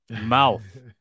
mouth